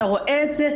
אתה רואה את זה,